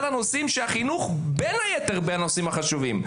הנושאים שהחינוך בין היתר מהנושאים החשובים.